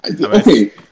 okay